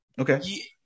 Okay